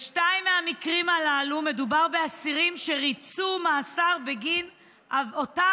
בשניים מהמקרים הללו מדובר באסירים שריצו מאסר בגין אותה